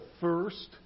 first